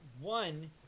one